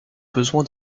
besoin